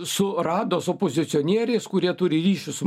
su rados opozicionieriais kurie turi ryšius su